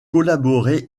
collaborer